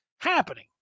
happening